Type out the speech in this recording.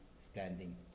standing